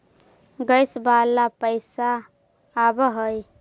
Gas वाला पैसा आव है?